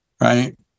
right